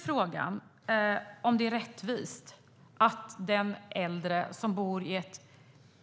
Frågan är om det är rättvist att den äldre som bor i ett